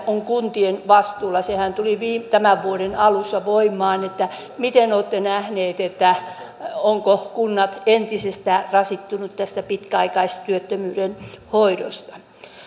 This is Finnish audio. on kuntien vastuulla sehän tuli tämän vuoden alussa voimaan miten olette nähneet ovatko kunnat entisestään rasittuneet tästä pitkäaikaistyöttömyyden hoidosta